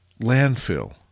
landfill